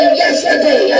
yesterday